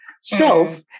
self